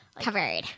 Covered